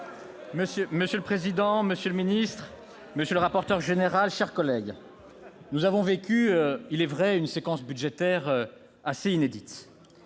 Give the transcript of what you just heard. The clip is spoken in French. Monsieur le président, monsieur le ministre, monsieur le rapporteur général, mes chers collègues, nous avons vécu, il est vrai, une séquence budgétaire assez inédite.